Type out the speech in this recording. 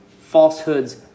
falsehoods